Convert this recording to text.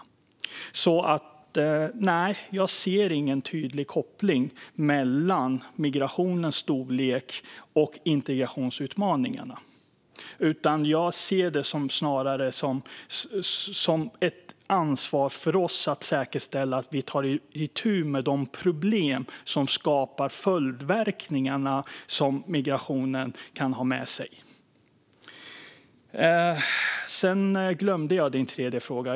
Svaret är alltså nej - jag ser ingen tydlig koppling mellan migrationens storlek och integrationsutmaningarna. Jag ser det snarare som ett ansvar för oss att säkerställa att vi tar itu med de problem som skapar de följdverkningar som migrationen kan ha med sig. Jag har glömt Henrik Vinges tredje fråga.